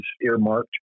earmarked